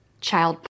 child